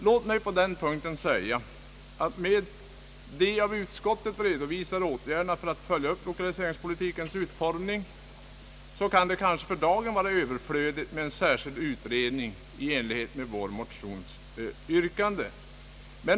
Låt mig på den punkten säga att med de av utskottet redovisade åtgärderna för att följa upp lokaliseringspolitikens utformning kan det kanske för dagen vara överflödigt med en särskild utredning i enlighet med yrkandet i motionerna.